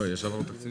אני מחדש את הישיבה.